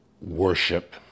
worship